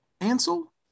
Ansel